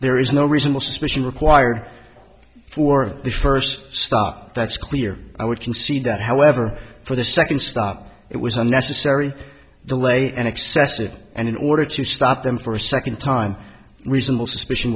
there is no reason the suspicion required for the first stop that's clear i would concede that however for the second stop it was unnecessary delay and excessive and in order to stop them for a second time reasonable suspicion